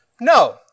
no